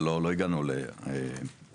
אבל לא הגענו לסיכומים.